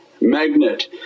magnet